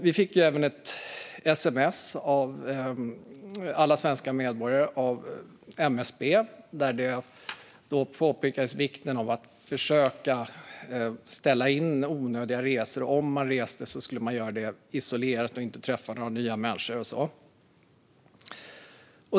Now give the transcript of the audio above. Alla svenska medborgare fick även ett sms från MSB. Där påpekades vikten av att försöka ställa in onödiga resor och att om man reste skulle man göra det isolerat och inte träffa några nya människor.